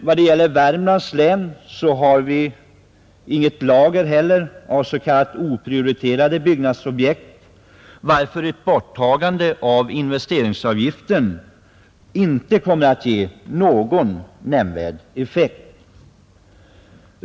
När det gäller Värmlands län har vi inte heller något lager av s.k. oprioriterade byggnadsobjekt, varför ett borttagande av investeringsavgiften inte kommer att få någon nämnvärd effekt.